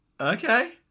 Okay